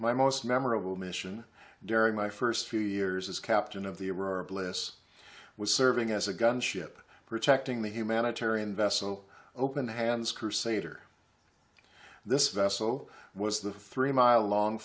my most memorable mission during my first few years as captain of the bliss was serving as a gunship protecting the humanitarian vessel open hands crusader this vessel was the three mile long